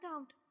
out